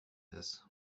this